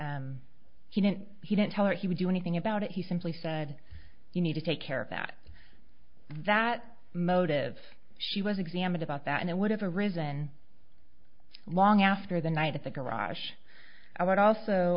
that he didn't he didn't tell her he would do anything about it he simply said you need to take care of that that motive she was examined about that and it would have arisen long after the night at the garage i would also